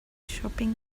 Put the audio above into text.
shopping